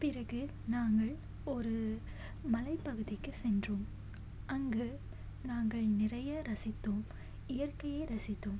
பிறகு நாங்கள் ஒரு மலைப்பகுதிக்கு சென்றோம் அங்கு நாங்கள் நிறைய ரசித்தோம் இயற்கையை ரசித்தோம்